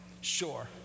Sure